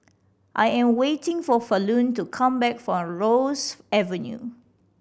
I am waiting for Falon to come back from Ross Avenue